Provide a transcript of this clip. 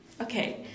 okay